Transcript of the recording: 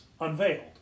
unveiled